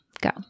Go